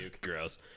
gross